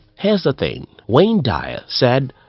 here is the thing, wayne dyer said,